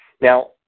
Now